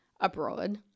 abroad